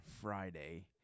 Friday